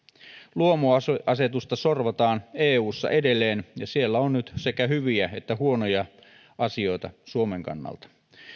luomuasetusta sorvataan eussa edelleen ja siellä on nyt sekä hyviä että huonoja asioita suomen kannalta